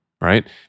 Right